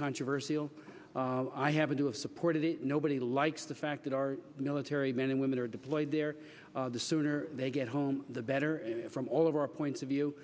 controversial i haven't to have supported it nobody likes the fact that our military men and women are deployed there the sooner they get home the better from all of our points of view